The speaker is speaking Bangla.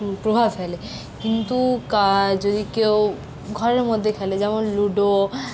প্রভাব ফেলে কিন্তু যদি কেউ ঘরের মধ্যে খেলে যেমন লুডো